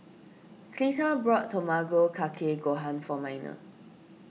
Cleta bought Tamago Kake Gohan for Miner